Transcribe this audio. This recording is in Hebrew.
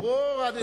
ברור.